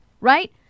Right